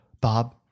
bob